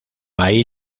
hay